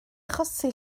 achosi